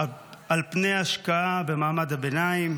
על פני השקעה במעמד הביניים.